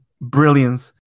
brilliance